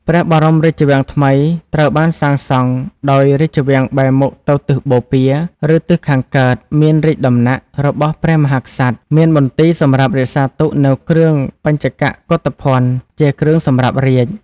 ព្រះបរមរាជវាំងថ្មីត្រូវបានសាងសង់ ដោយរាជវាំងប៊ែរមុខទៅទិសបូព៌ា (ឬ ទិសខាងកើត) មានរាជដំណាក់ របស់ព្រះមហាក្សត្រ មានមន្ទីរសម្រាប់រក្សាទុកនៅគ្រឿងបញ្ចកកុធភណ្ឌ (ជាគ្រឿងសម្រាប់រាជ)។